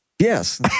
Yes